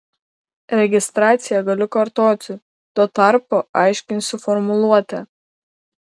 registraciją galiu kartoti tuo tarpu aiškinsiu formuluotę